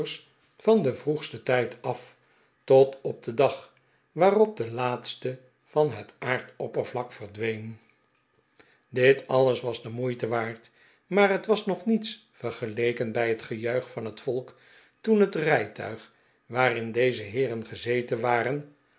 van de vroegste tijden af tot op den dag waarop de iaatste van het aardoppervlak verdween dit alles was de moeite waard maar het was nog niets vergeleken bij het gejuich van het volk toen het rijtuig waarin deze heeren gezeten waren